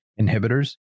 inhibitors